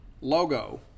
logo